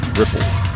ripples